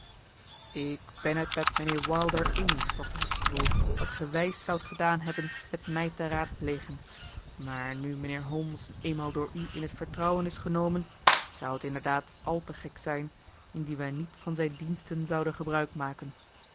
ik ben het met mijnheer wilder eens dr huxtable dat ge wijs zoudt gedaan hebben met mij te raadplegen maar nu mijnheer holmes eenmaal door u in het vertrouwen is genomen zou het inderdaad al te gek zijn indien wij niet van zijn diensten zouden gebruik maken